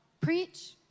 Preach